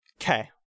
Okay